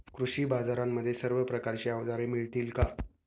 कृषी बाजारांमध्ये सर्व प्रकारची अवजारे मिळतील का?